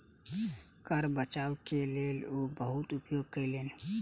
कर बचाव के लेल ओ बहुत उपाय कयलैन